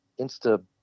insta